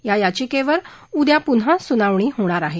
या याचिकेवर उद्या प्रन्हा सुनावणी होणार आहे